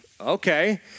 okay